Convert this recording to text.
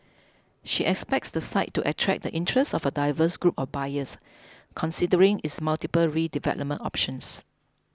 she expects the site to attract the interest of a diverse group of buyers considering its multiple redevelopment options